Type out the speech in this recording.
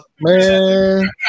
Man